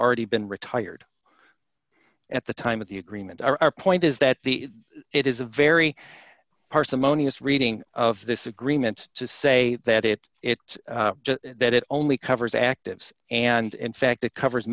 already been retired at the time of the agreement our point is that the it is a very parsimonious reading of this agreement to say that it it that it only covers active and in fact it covers